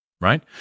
right